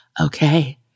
okay